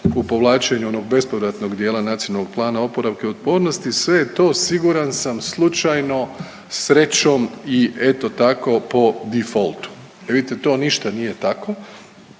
u povlačenju onog bespovratnog dijela Nacionalnog plana oporavka i otpornosti. Sve je to siguran sam slučajno, srećom i eto tako po difoltu. E vidite to ništa nije tako